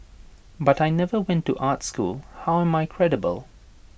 but I never went to art school how am I credible